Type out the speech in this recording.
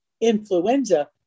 Influenza